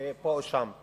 פה או שם.